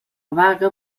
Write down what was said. vaga